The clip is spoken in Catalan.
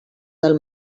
del